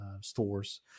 stores